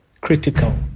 critical